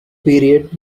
period